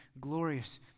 glorious